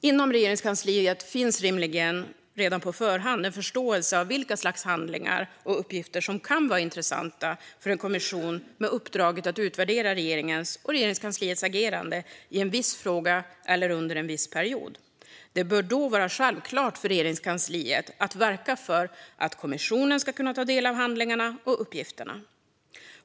Inom Regeringskansliet finns rimligen redan på förhand en förståelse för vilka slags handlingar och uppgifter som kan vara intressanta för en kommission med uppdraget att utvärdera regeringens och Regeringskansliets agerande i en viss fråga eller under en viss period. Det bör då vara självklart för Regeringskansliet att verka för att kommissionen ska kunna ta del av de handlingarna och uppgifterna.